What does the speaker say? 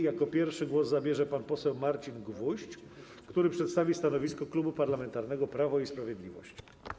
Jako pierwszy głos zabierze pan poseł Marcin Gwoźdź, który przedstawi stanowisko Klubu Parlamentarnego Prawo i Sprawiedliwość.